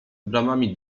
bramami